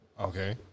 Okay